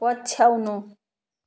पछ्याउनु